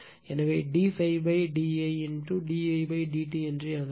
எனவே d ∅ d i d i d t எழுதலாம்